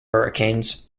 hurricanes